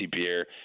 beer